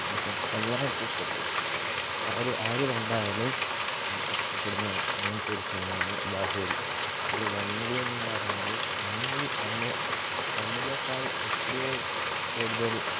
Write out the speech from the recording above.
നമുക്ക് എല്ലാവർക്കും ഇഷ്ടപ്പെടും ആര് ആര് കണ്ടാലും ഇഷ്ടപ്പെടുന്ന അങ്ങനത്തെ ഒരു സിനിമ ആണ് ബാഹുബലി അതിൽ വണ്ണിലെന്ന് പറഞ്ഞാൽ വണ്ണിൽ വണ്ണിലേക്കാൾ എത്രയോ കൂടുതൽ